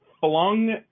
flung